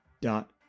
dot